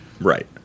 Right